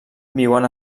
viuen